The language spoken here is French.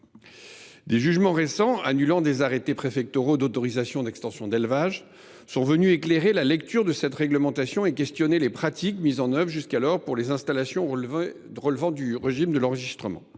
Des jugements récents annulant des arrêtés préfectoraux d’autorisation d’extension d’élevage ont éclairé la lecture de cette réglementation et interrogé les pratiques mises en œuvre jusqu’alors pour les installations relevant du régime de l’enregistrement.